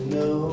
no